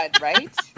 right